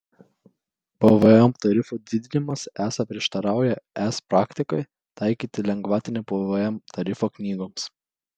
pvm tarifo didinimas esą prieštarauja es praktikai taikyti lengvatinį pvm tarifą knygoms